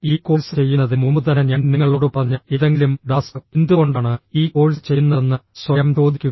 ഈ കോഴ്സ് ചെയ്യുന്നതിന് മുമ്പുതന്നെ ഞാൻ നിങ്ങളോട് പറഞ്ഞ ഏതെങ്കിലും ടാസ്ക് എന്തുകൊണ്ടാണ് ഈ കോഴ്സ് ചെയ്യുന്നതെന്ന് സ്വയം ചോദിക്കുക